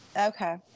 Okay